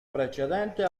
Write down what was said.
precedente